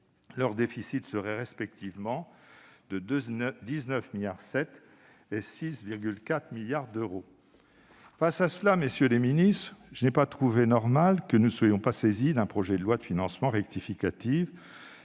leur déficit serait respectivement de 19,7 milliards d'euros et de 6,4 milliards d'euros. Face à cela, messieurs les ministres, je n'ai pas trouvé normal que nous ne soyons pas saisis d'un projet de loi de financement rectificative